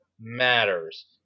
matters